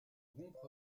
rompre